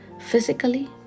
physically